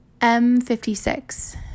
M56